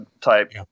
type